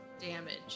damage